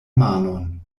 manon